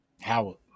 Howard